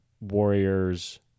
warriors